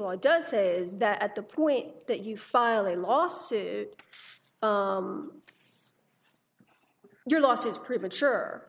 law does is that at the point that you file a lawsuit your loss is premature